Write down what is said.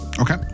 Okay